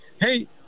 Hey